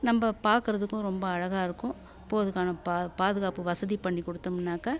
நம்ம பார்க்கறதுக்கும் ரொம்ப அழகாக இருக்கும் போதுகான பா பாதுகாப்பு வசதி பண்ணி கொடுத்தோம்னாக்கா